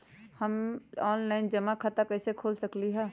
हम ऑनलाइन जमा खाता कईसे खोल सकली ह?